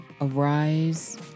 arise